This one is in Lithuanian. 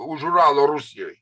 už uralo rusijoj